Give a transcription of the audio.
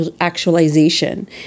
actualization